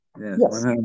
yes